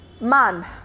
man